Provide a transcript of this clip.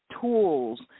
tools